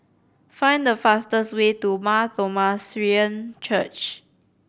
find the fastest way to Mar Thoma Syrian Church